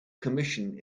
commission